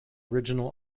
original